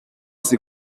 ses